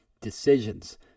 decisions